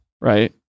right